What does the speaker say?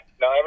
No